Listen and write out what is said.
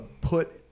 put